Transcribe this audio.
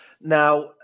Now